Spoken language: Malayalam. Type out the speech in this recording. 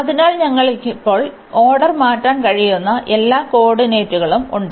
അതിനാൽ ഞങ്ങൾക്ക് ഇപ്പോൾ ഓർഡർ മാറ്റാൻ കഴിയുന്ന എല്ലാ കോർഡിനേറ്റുകളും ഉണ്ട്